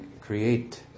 create